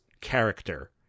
character